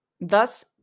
Thus